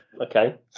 Okay